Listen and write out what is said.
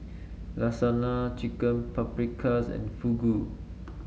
Lasagna Chicken Paprikas and Fugu